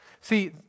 See